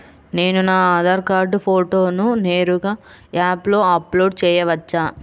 నేను నా ఆధార్ కార్డ్ ఫోటోను నేరుగా యాప్లో అప్లోడ్ చేయవచ్చా?